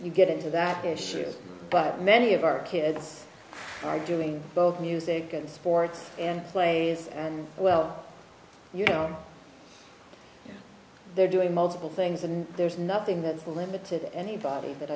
you get into that issue but many of our kids are doing both music and sports and plays and well you know they're doing multiple things and there's nothing that's limited anybody that